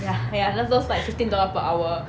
ya ya th~ those like fifteen dollars per hour